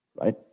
Right